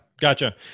Gotcha